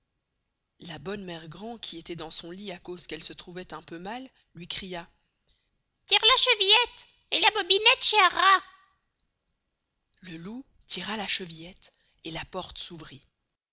la bonne mere grand qui estoit dans son lit à cause qu'elle se trouvoit un peu mal luy cria tire la chevillette la bobinette cherra le loup tira la chevillette et la porte s'ouvrit